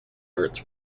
arts